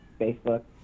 Facebook